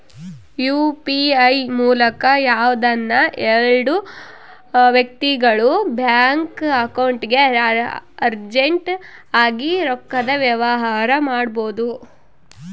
UPI ಮೂಲಕ ಯಾವ್ದನ ಎಲ್ಡು ವ್ಯಕ್ತಿಗುಳು ಬ್ಯಾಂಕ್ ಅಕೌಂಟ್ಗೆ ಅರ್ಜೆಂಟ್ ಆಗಿ ರೊಕ್ಕದ ವ್ಯವಹಾರ ಮಾಡ್ಬೋದು